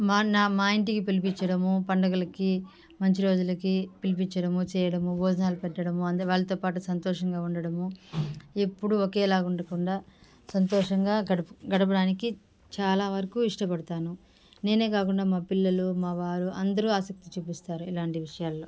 మన మా ఇంటికి పిలిపిచ్చడము పండగలకి మంచి రోజులకి పిలిపించడం చేయడము భోజనాలు పెట్టడము వాళ్లతో పాటు సంతోషంగా ఉండటము ఎప్పుడూ ఒకేలా ఉండకుండా సంతోషంగా గడపడానికి చాలా వరకు ఇష్టపడతాను నేనే కాకుండా మా పిల్లలు మా వారు అందరూ ఆసక్తి చూపిస్తారు ఇలాంట విషయాల్లో